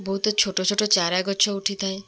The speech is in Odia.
ବହୁତ ଛୋଟ ଛୋଟ ଚାରା ଗଛ ଉଠିଥାଏ